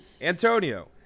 Antonio